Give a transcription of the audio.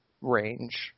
range